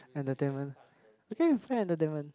entertainment